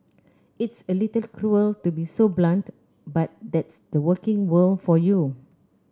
it's a little cruel to be so blunt but that's the working world for you